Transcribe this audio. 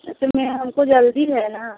असल में हम को जल्दी है ना